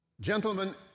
Gentlemen